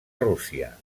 rússia